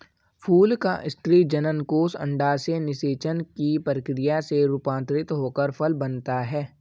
फूल का स्त्री जननकोष अंडाशय निषेचन की प्रक्रिया से रूपान्तरित होकर फल बनता है